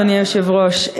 אדוני היושב-ראש,